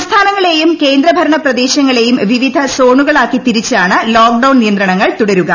സംസ്ഥാനങ്ങളെയും കേന്ദ്ര ഭരണ പ്രദേശങ്ങളേയും വിവിധ സോണുകളായി തിരിച്ചാണ് ലോക്ക് ഡൌൺ നിയന്ത്രണങ്ങൾ തുടരുക